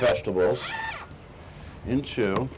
vegetables into